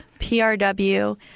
PRW